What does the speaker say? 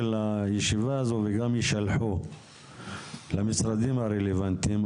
הישיבה הזו וגם יישלחו למשרד הרלוונטיים.